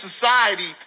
society